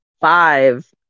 five